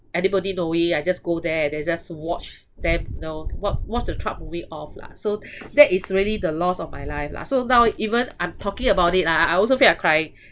anybody knowing I just go there and then just watch them you know watch watch the truck moving off lah so that is really the loss of my life lah so now even I'm talking about it ah I also feel like crying